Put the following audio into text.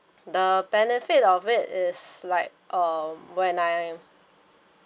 the benefit of it is like uh when I